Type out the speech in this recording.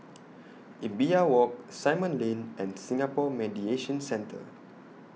Imbiah Walk Simon Lane and Singapore Mediation Centre